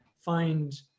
find